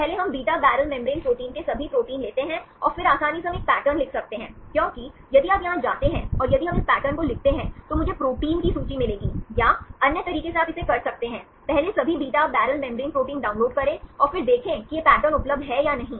तो पहले हम बीटा बैरल मेम्ब्रेन प्रोटीन के सभी प्रोटीन लेते हैं और फिर आसानी से हम एक पैटर्न लिख सकते हैं क्योंकि यदि आप यहां जाते हैं और यदि हम इस पैटर्न को लिखते हैं तो मुझे प्रोटीन की सूची मिलेगी या अन्य तरीके से आप इसे कर सकते हैं पहले सभी beta barrel membrane protein download करें और फिर देखें कि यह पैटर्न उपलब्ध है या नहीं